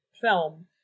film